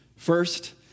First